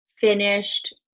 finished